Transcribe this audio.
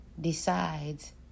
decides